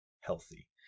healthy